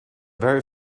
very